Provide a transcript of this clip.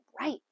right